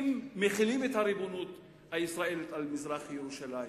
מחילים את הריבונות הישראלית על מזרח-ירושלים,